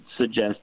suggest